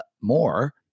more